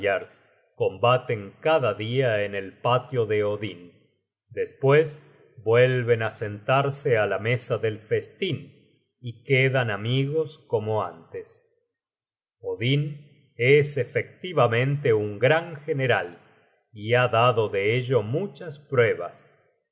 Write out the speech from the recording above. combaten cada dia en el patio de odin despues vuelven á sentarse á la mesa del festín y quedan amigos como antes odin es efectivamente un gran general y ha dado de ello muchas pruebas